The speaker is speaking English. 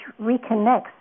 reconnects